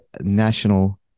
national